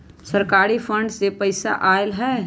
सरकारी फंड से पईसा आयल ह?